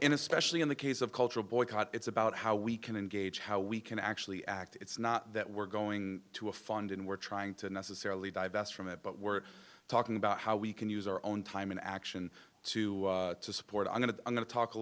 and especially in the case of cultural boycott it's about how we can engage how we can actually act it's not that we're going to a fund and we're trying to necessarily divest from it but we're talking about how we can use our own time and action to to support i'm going to i'm going to talk a